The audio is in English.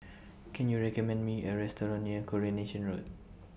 Can YOU recommend Me A Restaurant near Coronation Road